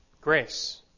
Grace